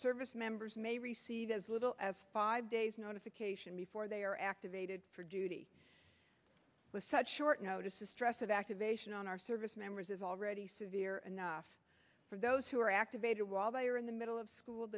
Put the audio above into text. service members may receive as little as five days notification before they are activated for duty with such short notice the stress of activation on our service members is already severe enough for those who are activated while they are in the middle of school